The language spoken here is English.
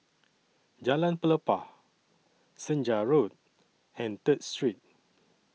Jalan Pelepah Senja Road and Third Street